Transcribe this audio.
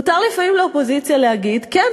מותר לפעמים לאופוזיציה להגיד: כן,